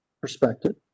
perspective